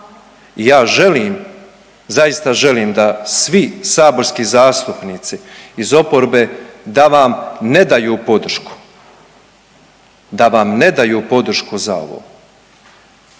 Ja želim, zaista želim da svi saborski zastupnici iz oporbe da vam ne daju podršku, da vam ne daju podršku za ovo